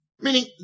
Meaning